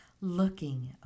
looking